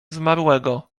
zmarłego